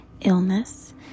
illness